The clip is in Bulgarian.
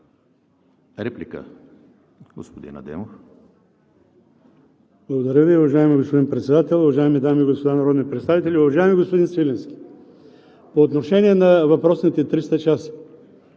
така, господин Адемов.